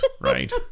right